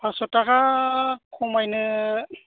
फास्स थाखा खमायनो